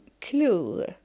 clue